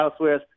Housewares